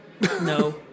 No